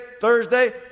Thursday